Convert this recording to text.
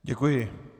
Děkuji.